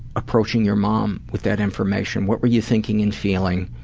approaching your mom with that information. what were you thinking and feeling?